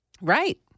Right